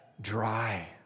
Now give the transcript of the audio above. dry